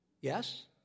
Yes